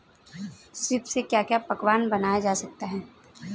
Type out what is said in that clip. सीप से क्या क्या पकवान बनाए जा सकते हैं?